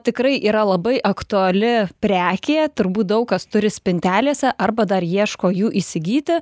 tikrai yra labai aktuali prekė turbūt daug kas turi spintelėse arba dar ieško jų įsigyti